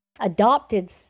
adopted